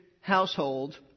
household